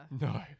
no